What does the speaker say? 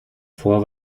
vor